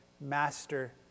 Master